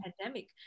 pandemic